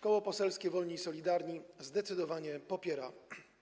Koło Poselskie Wolni i Solidarni zdecydowanie popiera